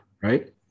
right